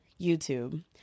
YouTube